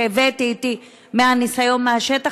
והבאתי אתי מהניסיון מהשטח,